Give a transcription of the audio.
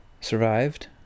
survived